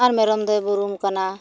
ᱟᱨ ᱢᱮᱚᱢ ᱫᱚᱭ ᱵᱩᱨᱩᱢ ᱟᱠᱟᱱᱟ